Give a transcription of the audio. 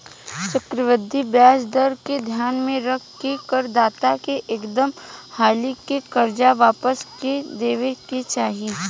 चक्रवृद्धि ब्याज दर के ध्यान में रख के कर दाता के एकदम हाली से कर्जा वापस क देबे के चाही